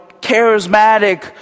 charismatic